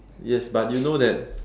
yes but you know that